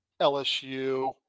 LSU